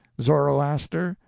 zoroaster,